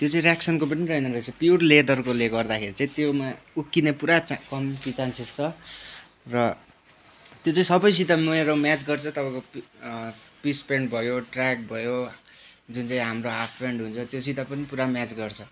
त्यो चाहिँ रेक्सनको पनि रहेन रहेछ प्युर लेदरकोले गर्दाखेरि चाहिँ त्यसमा उक्किने पुरा कम्ती चान्सेस छ र त्यो चाहिँ सबैसित मेरो म्याच गर्छ तपाईँको पिस पेन्ट भयो ट्रेक भयो जुन चाहिँ हाम्रो हाफ पेन्ट हुन्छ त्योसित पनि पुरा म्याच गर्छ